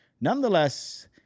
Nonetheless